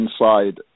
inside